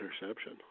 interception